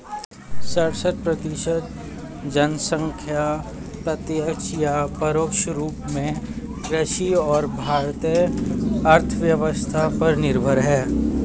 सड़सठ प्रतिसत जनसंख्या प्रत्यक्ष या परोक्ष रूप में कृषि और भारतीय अर्थव्यवस्था पर निर्भर है